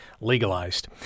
legalized